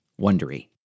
Wondery